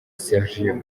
sergio